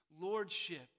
Lordship